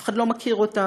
אף אחד לא מכיר אותם,